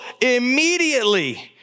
immediately